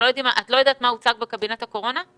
את לא יודעת מה הוצג בקבינט הקורונה?